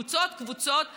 קבוצות-קבוצות באות,